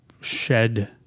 shed